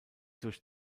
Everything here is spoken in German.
durch